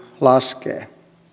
laskee